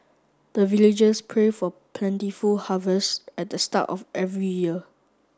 the villagers pray for plentiful harvest at the start of every year